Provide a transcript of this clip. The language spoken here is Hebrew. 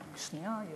רק שנייה.